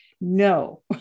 no